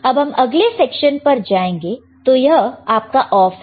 अब हम अगले सेक्शन पर जाएंगे तो यह आपका ऑफ है